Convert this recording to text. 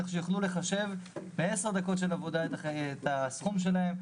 ושיוכלו לחשב בעשר דקות של עבודה את הסכום שלהם.